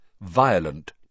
violent